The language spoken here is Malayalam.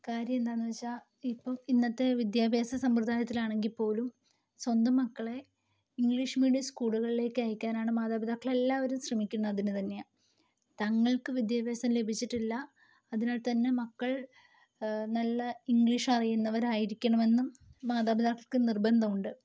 കാര്യം എന്താന്ന് വെച്ചാൽ ഇപ്പോൾ ഇന്നത്തെ വിദ്യാഭ്യാസ സമ്പ്രദായത്തിൽ ആണെങ്കിൽ പോലും സ്വന്തം മക്കളെ ഇംഗ്ലീഷ് മീഡിയം സ്കൂളുകളിലേക്ക് അയക്കാനാണ് മാതാപിതാക്കൾ എല്ലാവരും ശ്രമിക്കുന്നത് അതിനു തന്നെയാണ് തങ്ങൾക്ക് വിദ്യാഭ്യാസം ലഭിച്ചിട്ടില്ല അതിനാൽ തന്നെ മക്കൾ നല്ല ഇംഗ്ലീഷ് അറിയുന്നവരായിരിക്കണമെന്നും മാതാപിതാക്കൾക്ക് നിർബന്ധമുണ്ട്